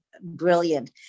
brilliant